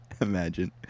Imagine